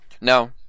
No